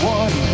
one